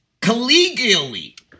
collegially